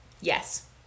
Yes